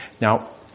Now